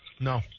No